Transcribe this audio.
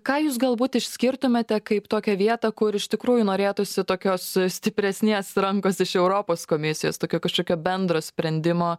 ką jūs galbūt išskirtumėte kaip tokią vietą kur iš tikrųjų norėtųsi tokios stipresnės rankos iš europos komisijos tokio kažkokio bendro sprendimo